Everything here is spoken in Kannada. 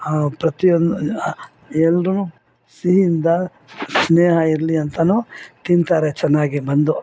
ಪ್ರತಿಯೊಂದು ಎಲ್ರು ಸಿಹಿಯಿಂದ ಸ್ನೇಹ ಇರಲಿ ಅಂತ ತಿಂತಾರೆ ಚೆನ್ನಾಗಿ ಬಂದು